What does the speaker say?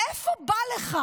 מאיפה בא לך,